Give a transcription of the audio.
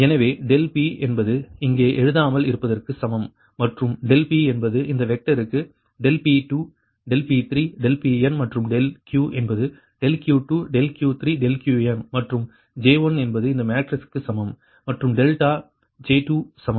எனவே ∆P என்பது இங்கே எழுதாமல் இருப்பதற்கு சமம் மற்றும் ∆P என்பது இந்த வெக்டருக்கு ∆P2 ∆P3 ∆Pn மற்றும் ∆Q என்பது ∆Q2 ∆Q3 ∆Qn மற்றும் J1 என்பது இந்த மேட்ரிக்ஸுக்குச் சமம் மற்றும் டெல்டா J2 சமம்